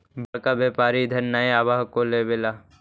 बड़का व्यापारि इधर नय आब हको लेबे ला?